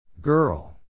Girl